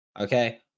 okay